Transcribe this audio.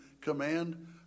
command